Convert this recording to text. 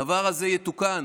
הדבר הזה יתוקן.